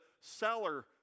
seller